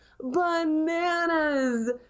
Bananas